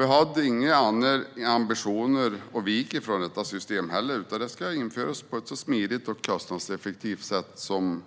Vi har inga ambitioner att vika från detta system heller, utan det ska införas på ett så smidigt och kostnadseffektivt som